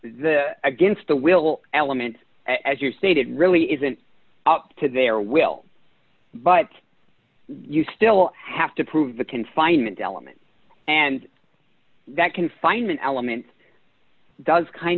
the against the will element as you stated really isn't up to their will but you still have to prove the confinement element and that confinement element does kind